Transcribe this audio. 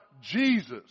Jesus